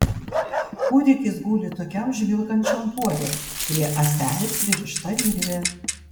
kūdikis guli tokiam žvilgančiam puode prie ąselės pririšta virvė